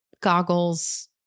goggles